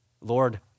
Lord